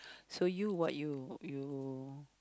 so you what you